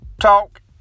talk